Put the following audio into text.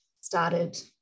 started